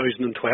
2012